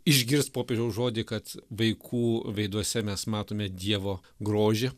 išgirst popiežiaus žodį kad vaikų veiduose mes matome dievo grožį